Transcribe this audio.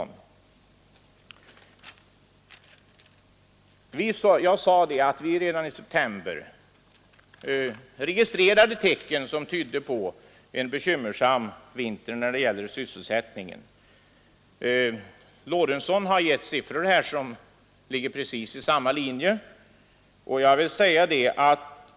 Jag sade att vi redan i september registrerade tecken som tydde på en bekymmersam vinter för sysselsättningen, och de siffror som herr Lorentzon nämnde pekar i samma riktning.